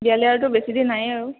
বিয়ালৈ আৰুতো বেছিদিন নায়েই আৰু